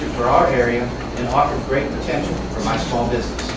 for our area and offered great potential for my small